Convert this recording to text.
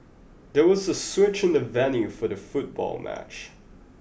there was a switch in the venue for the football match